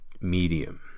medium